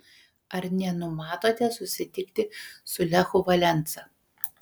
ar nenumatote susitikti su lechu valensa